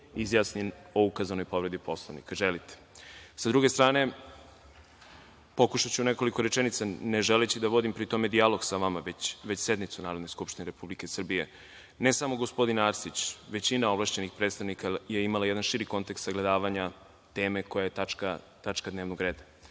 izjasni o ukazanoj povredi Poslovnika. U redu, želite. Sa druge strane, pokušaću u nekoliko rečenica, ne želeći da pri tome vodim dijalog sa vama, već sednicu Narode skupštine Republike Srbije. Ne samo gospodin Arsić, većina ovlašćenih predstavnika je imala jedan širi kontekst sagledavanja teme koja je tačka dnevnog reda.